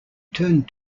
turned